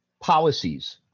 policies